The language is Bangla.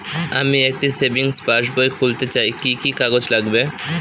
আমি একটি সেভিংস পাসবই খুলতে চাই কি কি কাগজ লাগবে?